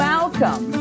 Welcome